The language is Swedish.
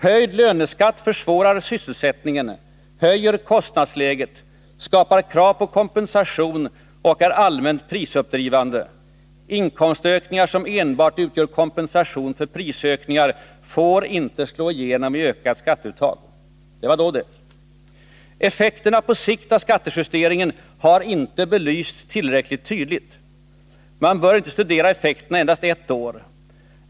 ”Höjd löneskatt försvårar sysselsättningen, höjer kostnadsläget, skapar krav på kompensation och är allmänt prisuppdrivande. Inkomstökningar som enbart utgör kompensation för prisökningar får inte slå igenom i ökat skatteuttag.” — Det var då det. ”Effekterna på sikt av skattejusteringen har inte belysts tillräckligt tydligt. Man bör inte studera effekterna endast ett år.